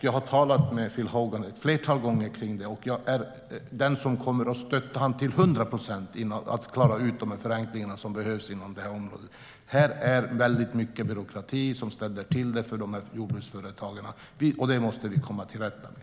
Jag har talat med Phil Hogan ett flertal gånger om det, och jag är den som kommer att stötta honom till hundra procent i att klara ut de förenklingar som behövs inom det här området. Här är det väldigt mycket byråkrati som ställer till det för jordbruksföretagarna, och det måste vi komma till rätta med.